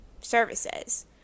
services